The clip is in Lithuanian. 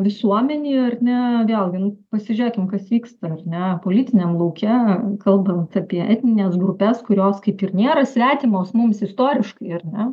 visuomenei ar ne vėlgi pasižiūrėkim kas vyksta ar ne politiniam lauke kalbant apie etnines grupes kurios kaip ir nėra svetimos mums istoriškai ar ne